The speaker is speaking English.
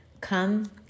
Come